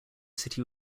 city